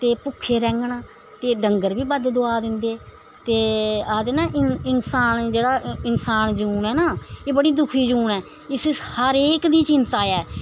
ते भुक्खे रैंह्ङन ते डंगर बी बद्द दुआ दिंदे ते आखदे ना इंसान जेहड़ा इंसान जून ऐ ना एह् बड़ी एह् बड़ी दुखी जून ऐ इसी हर इक दी चिंता ऐ